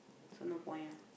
so no point ah